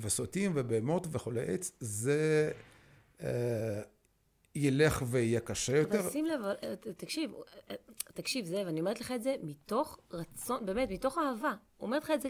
וסוטים ובהמות וחולי איידס. זה ילך ויהיה קשה יותר. -תשים לב, תקשיב, תקשיב, זאב, אני אומרת לך את זה מתוך רצון, באמת, מתוך אהבה. אומרת לך את זה